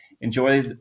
enjoy